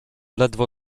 ledwo